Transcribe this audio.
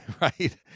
right